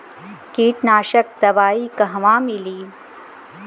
कीटनाशक दवाई कहवा मिली?